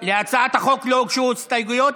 להצעת החוק לא הוגשו הסתייגויות.